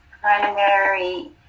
primary